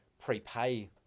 prepay